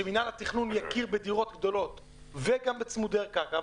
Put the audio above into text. שמינהל התכנון יכיר בדירות גדולות וגם בצמודי הקרקע,